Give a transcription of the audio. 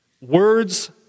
words